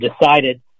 decided